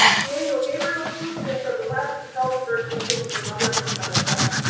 the angel gabriel swoops in from the left to tell the virgin she'll be the mother of the son of god.